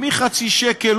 מחצי שקל,